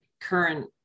current